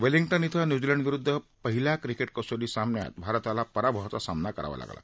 Wellington इथं न्यूझीलंडविरुदध पहिल्या क्रिकेट कसोटी सामन्यात भारताला पराभवाचा सामना करावा लागला